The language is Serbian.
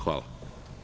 Hvala.